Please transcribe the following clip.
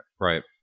right